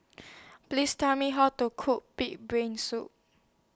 Please Tell Me How to Cook Pig'S Brain Soup